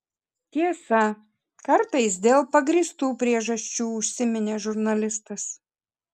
tiesa kartais dėl pagrįstų priežasčių užsiminė žurnalistas